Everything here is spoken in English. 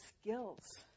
skills